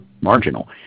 marginal